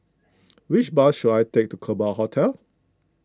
which bus should I take to Kerbau Hotel